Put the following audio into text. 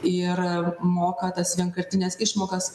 ir moka tas vienkartines išmokas